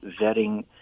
vetting